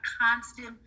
constant